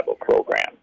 program